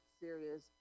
serious